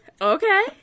okay